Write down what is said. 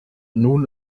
nun